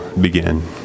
begin